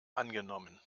angenommen